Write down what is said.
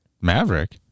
Maverick